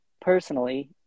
personally